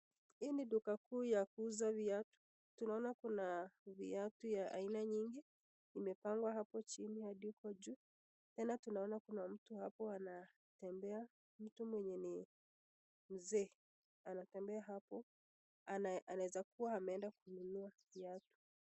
Hii ni duka kuu ya kuuza viatu. Tunaona kuna viatu ya aina nyingi imepangwa hapo chini hadi hapo juu, tena tunaona kuna mtu hapo anatembea mtu mwenye ni mzee anatembea hapo anaweza kuwa ameenda kununua kiatu.